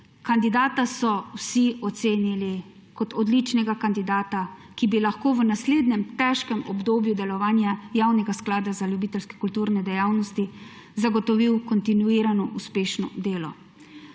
Kandidata so vsi ocenili kot odličnega kandidata, ki bi lahko v naslednjem težkem obdobju delovanja javnega sklada za ljubiteljske kulturne dejavnosti zagotovil kontinuirano uspešno delo.